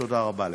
תודה רבה לך.